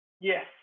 Yes